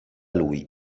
lui